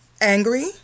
angry